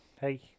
hey